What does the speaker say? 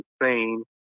insane